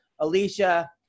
Alicia